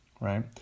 right